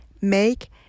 make